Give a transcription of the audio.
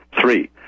Three